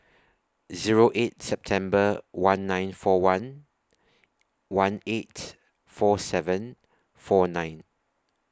Zero eight September one nine four one one eight four seven four nine